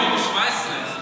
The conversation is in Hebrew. זה מ-2017.